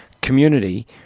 community